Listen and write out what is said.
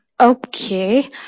Okay